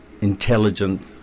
intelligent